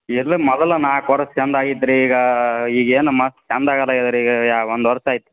ಇಲ್ಲ ಮೊದಲು ನಾಲ್ಕು ವರ್ಷ ಚೆಂದ ಆಗಿತ್ತು ರೀ ಈಗ ಈಗೇನು ಮತ್ತೆ ಚೆಂದ ಆಗದೆ ಈಗ ರೀ ಒಂದು ವರ್ಷ ಆಯ್ತು